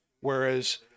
whereas